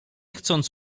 chcąc